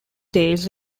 days